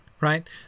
right